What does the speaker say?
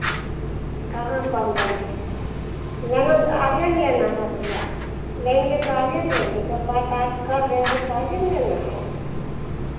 कहाँ कम बोले हैं लेना आजे ना लेना है भैया लेंगे तो आजे ना लेंगे जब बात आज कर रहे हैं तो आजे ना लेना है